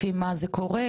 לפי מה זה קורה?